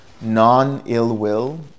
non-ill-will